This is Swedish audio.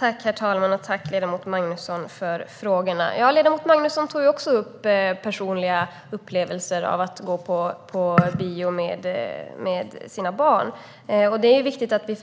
Herr talman! Tack, ledamot Magnusson, för frågorna! Ledamot Magnusson tog också upp personliga upplevelser av att gå på bio med sina barn. Det är viktigt att vi